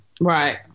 Right